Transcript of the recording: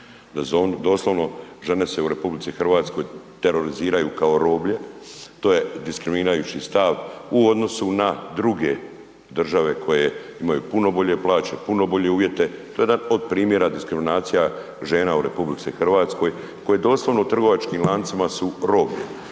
doslovno žene se u RH teroriziraju kao roblje, to je diskriminirajući stav u odnosu na druge države koje imaju puno bolje plaće, puno bolje uvjete, to je jedan od primjera diskriminacija žena u RH koje doslovno trgovačkim lancima su roblje,